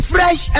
Fresh